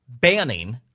banning